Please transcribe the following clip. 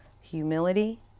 humility